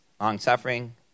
long-suffering